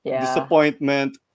Disappointment